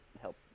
help